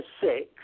six